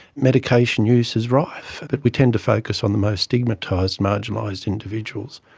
medication use is rife, but we tend to focus on the most stigmatised marginalised individuals,